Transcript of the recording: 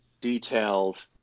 detailed